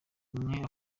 umwe